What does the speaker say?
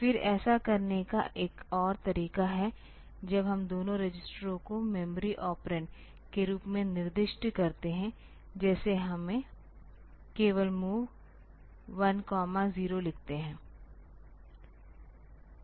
फिर ऐसा करने का एक और तरीका है जब हम दोनों रजिस्टरों को मेमोरी ऑपरेंड के रूप में निर्दिष्ट करते हैं जैसे हम केवल MOV 10 लिखते हैं